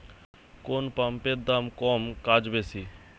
কোন পাম্পের দাম কম কাজ বেশি?